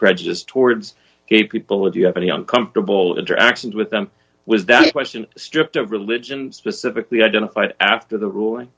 prejudice towards gay people would you have any uncomfortable interactions with them was that question stripped of religion specifically identified after the ruling